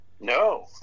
no